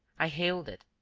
i hailed it,